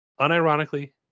unironically